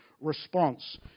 response